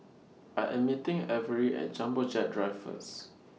I Am meeting Avery At Jumbo Jet Drive First